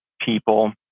people